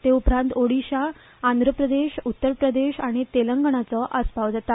ते उपरांत ओडिशा आंध्र प्रदेश उत्तर प्रदेश आनी तेलंगणाचो आकडो लागता